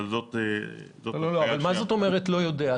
אבל זאת --- מה זאת אומרת לא יודע?